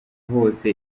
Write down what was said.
hose